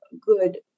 good